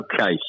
Okay